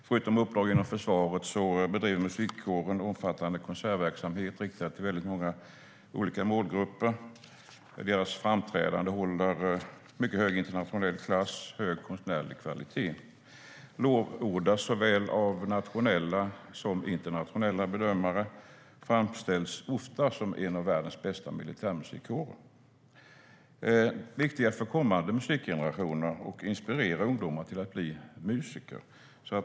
Förutom uppdrag inom försvaret bedriver Marinens Musikkår omfattande konsertverksamhet riktad till många olika målgrupper. Deras framträdanden håller mycket hög internationell klass och hög konstnärlig kvalitet. De lovordas av såväl nationella som internationella bedömare och framställs ofta som en av världens bästa militärmusikkårer. De är viktiga för kommande musikgenerationer och inspirerar ungdomar till att bli musiker.